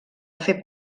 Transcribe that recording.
fer